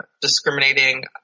discriminating